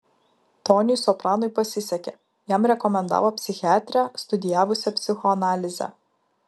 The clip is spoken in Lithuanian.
toniui sopranui pasisekė jam rekomendavo psichiatrę studijavusią psichoanalizę